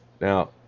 Now